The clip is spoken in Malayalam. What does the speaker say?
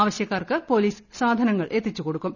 ആവശ്യക്കാർക്ക് പൊലീസ് സാധനങ്ങൾ എത്തിച്ചുകൊടുക്കും